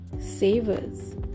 SAVERS